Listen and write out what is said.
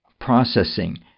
processing